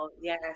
Yes